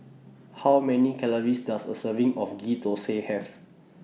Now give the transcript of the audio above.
How Many Calories Does A Serving of Ghee Thosai Have